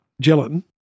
gelatin